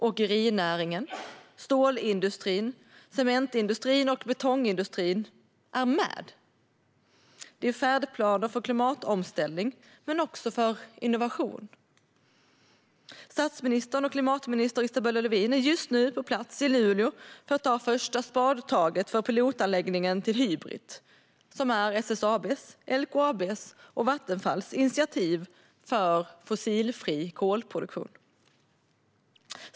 Åkerinäringen, stålindustrin, cementindustrin och betongindustrin är med. Det handlar om färdplaner för klimatomställning, men också för innovation. Statsministern och klimatminister Isabella Lövin är just nu på plats i Luleå för att ta första spadtaget för pilotanläggningen till Hybrit, som är SSAB:s, LKAB:s och Vattenfalls initiativ för fossilfri kolproduktion.